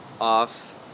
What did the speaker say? off